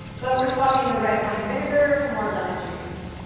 but we're swapping the red wine vinegar for more lemon juice.